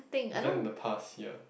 event in the past year